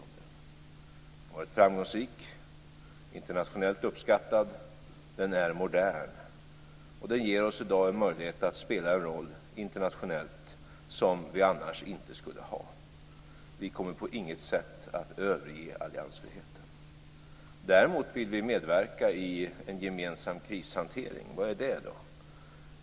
Den har varit framgångsrik och internationellt uppskattad, och den är modern. Den ger oss i dag en möjlighet att spela en roll internationellt som vi annars inte skulle ha. Vi kommer på inget sätt att överge alliansfriheten. Däremot vill vi medverka i en gemensam krishantering. Vad är då det?